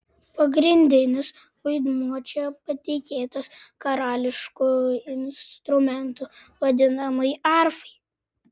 pagrindinis vaidmuo čia patikėtas karališku instrumentu vadinamai arfai